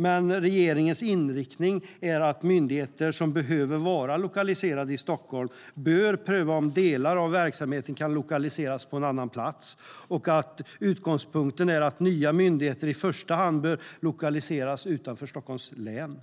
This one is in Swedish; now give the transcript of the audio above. Men regeringens inriktning är att myndigheter som behöver vara lokaliserade i Stockholm bör pröva om delar av verksamheten kan lokaliseras till en annan plats och att utgångspunkten är att nya myndigheter i första hand bör lokaliseras utanför Stockholms län.